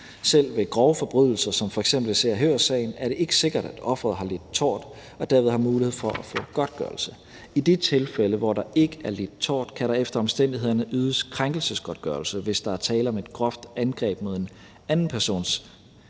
Selv ved grove forbrydelser som f.eks. i Se og Hør-sagen er det ikke sikkert, at offeret har lidt tort og derved har mulighed for at få godtgørelse. I de tilfælde, hvor der ikke er lidt tort, kan der efter omstændighederne ydes krænkelsesgodtgørelse, hvis der er tale om et groft angreb mod en andens person eller